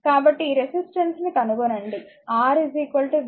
కాబట్టి ఈ రెసిస్టెన్స్ ని కనుగొనండి R v iR తెలుసుకోండి